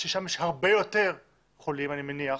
שם יש הרבה יותר חולים, כך אני מניח,